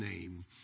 name